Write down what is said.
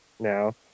Now